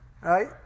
right